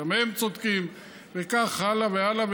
גם הם צודקים, וכך הלאה והלאה.